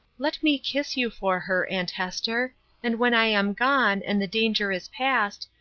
let me kiss you for her, aunt hester and when i am gone, and the danger is past,